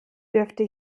dürfte